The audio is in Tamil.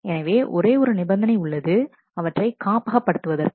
எனவே ஒரு ஒரு நிபந்தனை உள்ளது அவற்றை காப்பக படுத்துவதற்கு